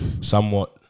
somewhat